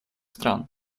стран